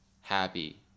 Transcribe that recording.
happy